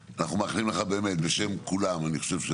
בשם כולם, אני חושב,